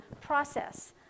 process